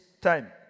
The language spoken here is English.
time